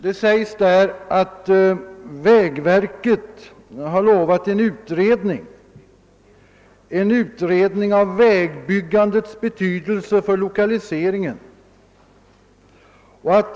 Det står där: »En utredning av vägbyggandets betydelse för lokaliseringen skall göras av vägverket.